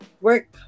work